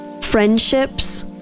friendships